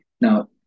now